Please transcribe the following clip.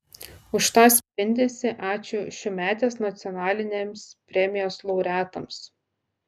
už tą spindesį ačiū šiųmetės nacionalinėms premijos laureatams